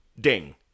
Ding